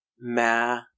ma